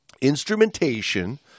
instrumentation